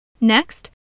Next